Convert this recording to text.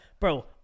Bro